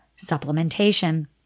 supplementation